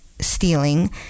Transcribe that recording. stealing